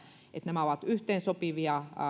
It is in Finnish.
nämä ovat yhteensopivia